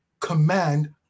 command